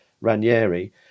Ranieri